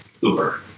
Uber